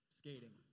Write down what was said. skating